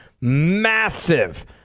massive